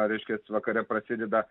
reiškias vakare prasideda